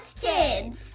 kids